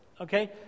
okay